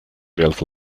built